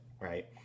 right